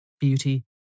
Beauty